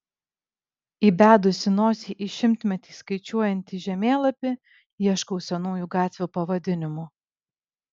įbedusi nosį į šimtmetį skaičiuojantį žemėlapį ieškau senųjų gatvių pavadinimų